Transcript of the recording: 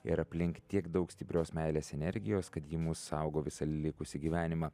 ir aplink tiek daug stiprios meilės energijos kad ji mus saugo visą likusį gyvenimą